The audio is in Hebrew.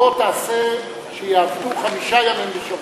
בוא תעשה שיעבדו חמישה ימים בשבוע.